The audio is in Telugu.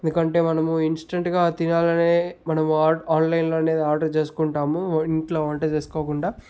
ఎందుకంటే మనము ఇన్స్టంట్గా తినాలనే మనము ఆర్డ ఆన్లైన్లో అనేది ఆర్డర్ చేసుకుంటాము ఇంట్లో వంట చేసుకోకుండా